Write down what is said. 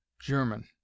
german